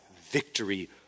victory